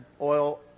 oil